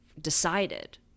decided